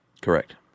Correct